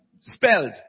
spelled